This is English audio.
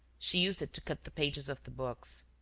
she used it to cut the pages of the books.